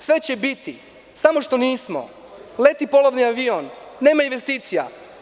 Sve će biti samo što nismo, leti polovni avion, nema investicija.